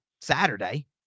Saturday